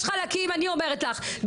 יש חלקים אני אומרת לך,